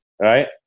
right